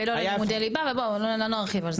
ולא ללימודי ליבה, ובוא לא נרחיב על זה.